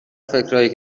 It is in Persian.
فکرایی